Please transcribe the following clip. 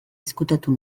ezkutatu